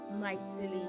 mightily